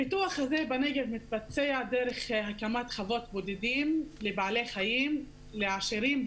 הפיתוח הזה בנגב מתבצע דרך הקמת חוות בודדים לבעלי חיים לעשירים,